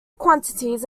quantities